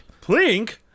Plink